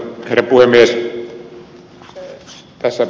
arvoisa herra puhemies